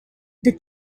the